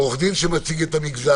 עורך דין שמייצג את המגזר,